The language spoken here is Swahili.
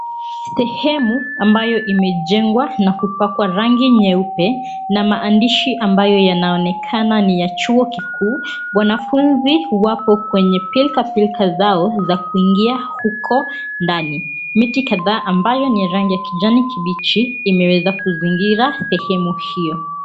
Sehemu ambayo imejengwa na kupakwa rangi nyeupe na maandishi ambayo yanaonekana ni ya chuo kikuu. Wanafunzi wapo kwenye pilkapilka zao za kuingia huko ndani. Miti kadhaa ambayo ni ya rangi ya kijani kibichi imeweza kuzingira sehemu hio.